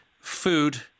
Food